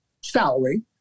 salary